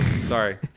Sorry